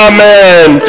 Amen